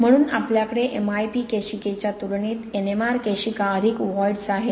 म्हणून आपल्याकडे M I P केशिकाच्या तुलनेत N M R केशिका अधिक व्हॉईड्स आहेत